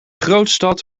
grootstad